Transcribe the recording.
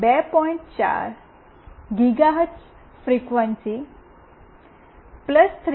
4 gigahertz frequency 3